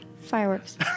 Fireworks